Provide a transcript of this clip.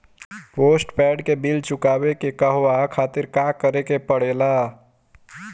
Postpaid के bill चुकावे के कहवा खातिर का करे के पड़ें ला?